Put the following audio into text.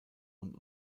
und